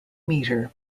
meter